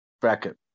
bracket